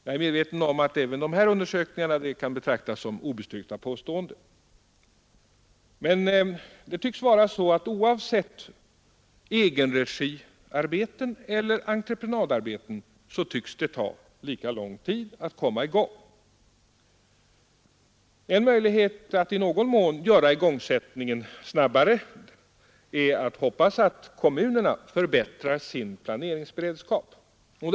Jag är medveten om att även dessa undersökningar kan betraktas som obestyrkta påståenden, men det tycks ta lika lång tid att komma i gång oavsett om det gäller egenregiarbeten eller entreprenadarbeten. En möjlighet att i någon mån göra igångsättningen snabbare är att förmå kommunerna att förbättra sin planeringsberedskap.